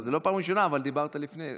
זו לא הפעם הראשונה, דיברת לפני.